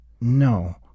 No